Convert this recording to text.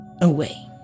away